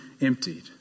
emptied